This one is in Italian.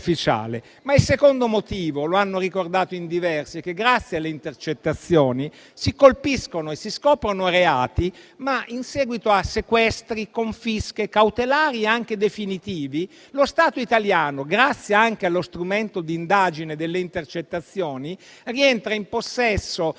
Il secondo motivo - come hanno ricordato in diversi - è che, grazie alle intercettazioni, si colpiscono e si scoprono reati. Ma, in seguito a sequestri e confische cautelari, anche definitive, lo Stato italiano, grazie anche allo strumento di indagine delle intercettazioni, rientra in possesso di beni mobili e